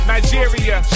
Nigeria